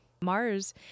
Mars